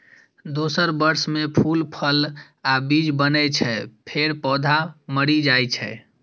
दोसर वर्ष मे फूल, फल आ बीज बनै छै, फेर पौधा मरि जाइ छै